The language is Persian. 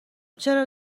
چرا